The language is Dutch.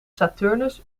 saturnus